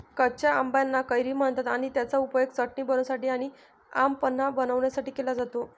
कच्या आंबाना कैरी म्हणतात आणि त्याचा उपयोग चटणी बनवण्यासाठी आणी आम पन्हा बनवण्यासाठी केला जातो